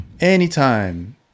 anytime